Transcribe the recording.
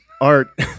art